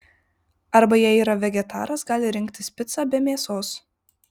arba jei yra vegetaras gali rinktis picą be mėsos